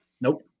Nope